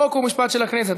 חוק ומשפט של הכנסת.